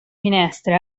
finestra